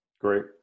Great